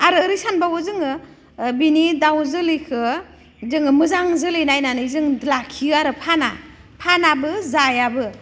आरो ओरै सानबावो जोङो बिनि दाउ जोलैखो जोङो मोजां जोलै नायनानै जों लाखियो आरो फाना फानाबो जायाबो